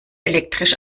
elektrisch